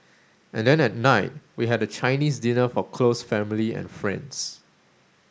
and then at night we had a Chinese dinner for close family and friends